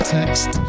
text